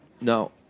No